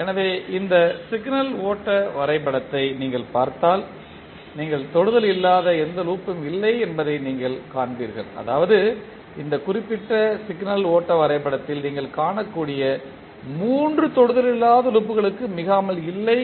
எனவே இந்த சிக்னல் ஓட்ட வரைபடத்தை நீங்கள் பார்த்தால் நீங்கள் தொடுதல் இல்லாத எந்த லூப் ம் இல்லை என்பதை நீங்கள் காண்பீர்கள் அதாவது இந்த குறிப்பிட்ட சிக்னல் ஓட்ட வரைபடத்தில் நீங்கள் காணக்கூடிய மூன்று தொடுதல் இல்லாத லூப்களுக்கு மிகாமல் இல்லை